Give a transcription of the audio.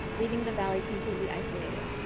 leaving the valley completely isolated.